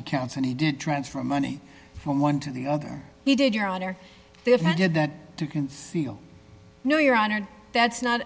accounts and he didn't transfer money from one to the other he did your honor if i did that to conceal no your honor that's not